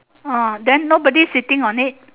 ah then no body sitting on it